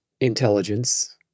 intelligence